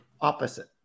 opposite